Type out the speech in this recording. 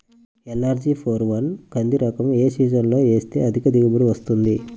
LRG four one కంది రకం ఏ సీజన్లో వేస్తె అధిక దిగుబడి వస్తుంది?